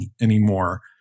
anymore